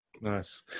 nice